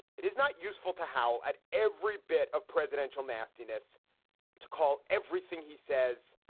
it is not useful to how at every bit of presidential nastiness to call everything he says,